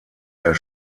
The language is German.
der